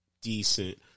decent